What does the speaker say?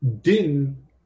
Din